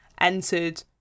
entered